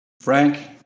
Frank